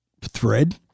thread